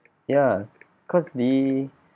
ya cause the